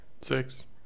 Six